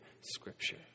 scripture